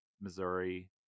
Missouri